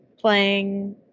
Playing